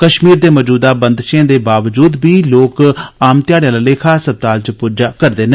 कश्मीर दे मजूदा बंदशें दे बावजूद बी लोक आम ध्याड़े आला लेखा अस्पताल पुज्जा करदे न